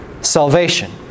Salvation